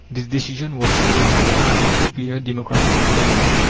this decision was hailed as an act of superior democratic equality.